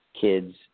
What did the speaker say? kids